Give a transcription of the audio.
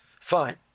Fine